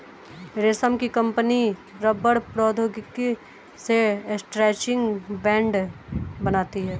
रमेश की कंपनी रबड़ प्रौद्योगिकी से स्ट्रैचिंग बैंड बनाती है